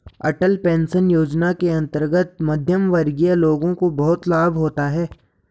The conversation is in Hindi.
अटल पेंशन योजना के अंतर्गत मध्यमवर्गीय लोगों को बहुत लाभ होता है